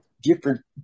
different